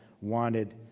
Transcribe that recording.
wanted